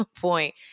point